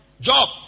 job